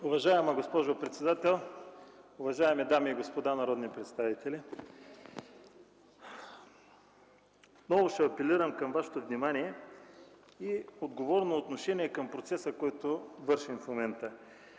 Уважаема госпожо председател, уважаеми дами и господа народни представители! Отново ще апелирам да заострите внимание и да имате отговорно отношение към процеса, който върви в момента.